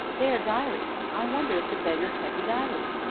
they are diaries i wonder if the beggar kept a diary?